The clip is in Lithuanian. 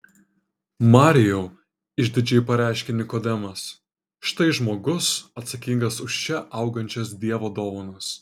marijau išdidžiai pareiškė nikodemas štai žmogus atsakingas už čia augančias dievo dovanas